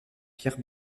pierre